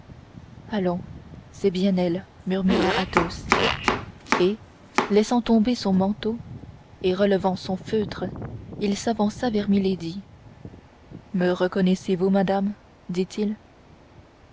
allons c'est bien elle murmura athos et laissant tomber son manteau et relevant son feutre il s'avança vers milady me reconnaissez-vous madame dit-il